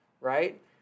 right